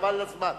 חבל על הזמן.